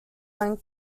are